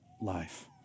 life